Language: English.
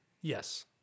Yes